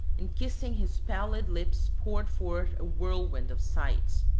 and kissing his pallid lips poured forth a whirlwind of sighs.